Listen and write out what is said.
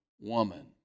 woman